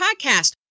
Podcast